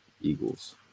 eagles